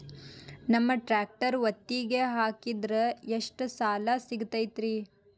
ನಮ್ಮ ಟ್ರ್ಯಾಕ್ಟರ್ ಒತ್ತಿಗೆ ಹಾಕಿದ್ರ ಎಷ್ಟ ಸಾಲ ಸಿಗತೈತ್ರಿ?